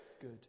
good